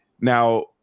Now